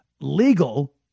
legal